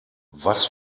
was